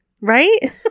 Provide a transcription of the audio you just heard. Right